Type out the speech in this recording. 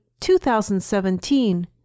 2017